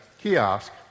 kiosk